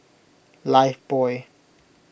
Lifebuoy